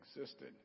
existed